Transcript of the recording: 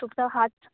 तुमचा हाच